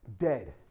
dead